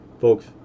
folks